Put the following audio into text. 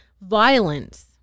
violence